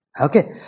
Okay